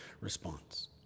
response